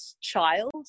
child